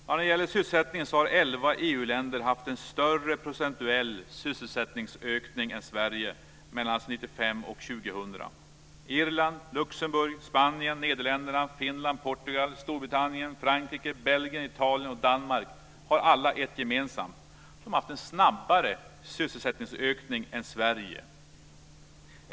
När det gäller sysselsättningen har elva EU-länder haft en större procentuell sysselsättningsökning än Sverige mellan 1995 och 2000. Irland, Luxemburg, Spanien, Frankrike, Belgien, Italien och Danmark har alla ett gemensamt: De har haft en snabbare sysselsättningsökning än Sverige.